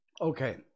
Okay